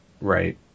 Right